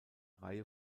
reihe